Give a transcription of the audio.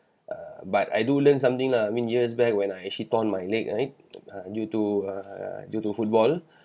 ah but I do learn something lah mean years back when I actually torn my leg right uh due to err due to football